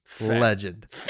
Legend